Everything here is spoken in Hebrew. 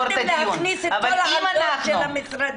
יכולתם להכניס את כל --- של המשרדים.